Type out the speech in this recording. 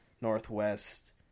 Northwest